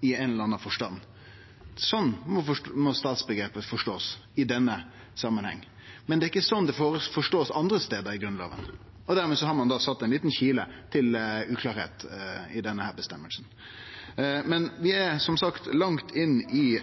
i ein eller annan forstand. Slik må statsomgrepet forståast i denne samanhengen, men det er ikkje slik det blir forstått andre stader i Grunnloven. Dermed har ein sett ein liten kile til uklarleik i denne føresegna. Men vi er som sagt langt inne i